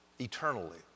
eternally